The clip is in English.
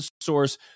source